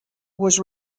was